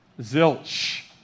zilch